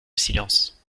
silence